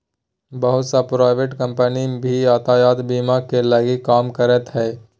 बहुत सा private company भी यातायात बीमा के लगी काम करते हइ